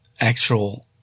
actual